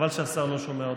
וחבל שהשר לא שומע אותנו,